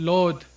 Lord